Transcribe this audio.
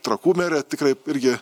trakų merė tikrai irgi